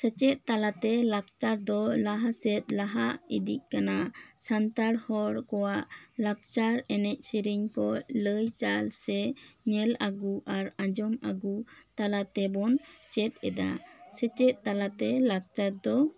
ᱥᱮᱪᱮᱫ ᱛᱟᱞᱟᱛᱮ ᱞᱟᱠᱜᱪᱟᱨ ᱫᱚ ᱞᱟᱦᱟ ᱥᱮᱡ ᱞᱟᱦᱟ ᱤᱫᱤᱜ ᱠᱟᱱᱟ ᱥᱟᱱᱛᱟᱲ ᱦᱚᱲ ᱠᱚᱣᱟᱜ ᱞᱟᱠᱪᱟᱨ ᱮᱱᱮᱡ ᱥᱮᱨᱮᱧ ᱠᱚ ᱞᱟᱹᱭ ᱪᱟᱞ ᱥᱮ ᱧᱮᱞ ᱟᱹᱜᱩ ᱟᱨ ᱟᱸᱡᱚᱢ ᱟᱹᱜᱩ ᱛᱟᱞᱟ ᱛᱮ ᱵᱚᱱ ᱪᱮᱫ ᱮᱫᱟ ᱥᱮᱪᱮᱫ ᱛᱟᱞᱟᱛᱮ ᱞᱟᱠᱪᱟᱨ ᱫᱚ